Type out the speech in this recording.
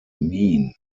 mean